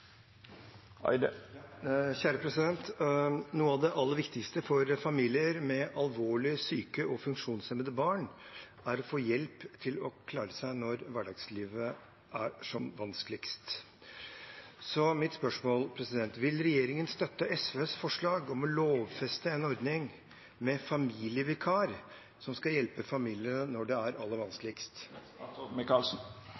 av det aller viktigste for mange familier med alvorlig syke og funksjonshemmede barn er å få hjelp til å klare seg når hverdagen er som vanskeligst. Vil regjeringen støtte SVs forslag om å lovfeste en ordning med familievikar som skal hjelpe familiene når det er aller